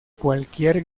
cualquier